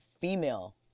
female